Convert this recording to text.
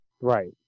Right